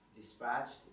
dispatched